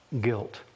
guilt